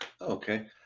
Okay